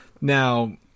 Now